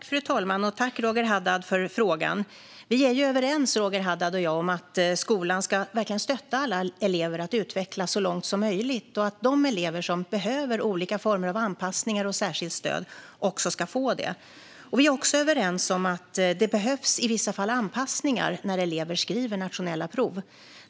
Fru talman! Tack, Roger Haddad, för frågan! Roger Haddad och jag är överens om att skolan verkligen ska stötta alla elever att utvecklas så långt som möjligt och att de elever som behöver olika former av anpassningar och särskilt stöd också ska få det. Vi är också överens om att det i vissa fall behövs anpassningar när elever skriver nationella prov.